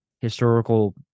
historical